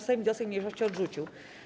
Sejm wniosek mniejszości odrzucił.